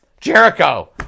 Jericho